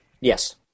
Yes